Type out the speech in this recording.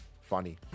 funny